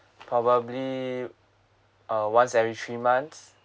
probably uh once every three months